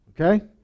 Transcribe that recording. Okay